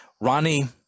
Ronnie